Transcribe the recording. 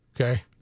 Okay